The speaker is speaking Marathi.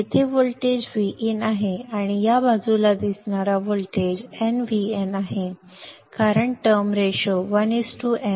येथे व्होल्टेजVin आहे आणि या बाजूला दिसणारा व्होल्टेज nVin आहे कारण टर्म रेशो 1 n